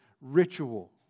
ritual